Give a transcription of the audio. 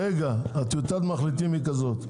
רגע, טיוטת המחליטים היא כזאת.